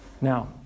Now